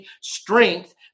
strength